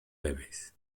debes